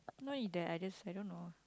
no it d~ I just I don't know